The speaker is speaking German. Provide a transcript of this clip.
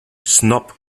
snob